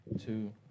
two